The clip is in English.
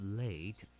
late